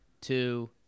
two